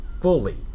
fully